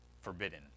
forbidden